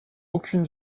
aucune